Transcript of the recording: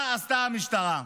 מה עשתה המשטרה?